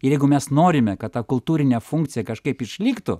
ir jeigu mes norime kad ta kultūrinė funkcija kažkaip išliktų